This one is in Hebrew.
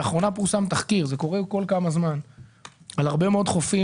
לאחרונה פורסם תחקיר לגבי סגירת הרבה מאוד חופים